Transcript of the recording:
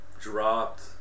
dropped